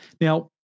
Now